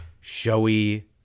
showy